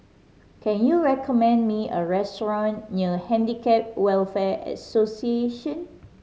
can you recommend me a restaurant near Handicap Welfare Association